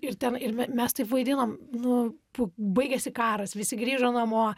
ir ten ir me mes taip vaidinom nu baigėsi karas visi grįžo namo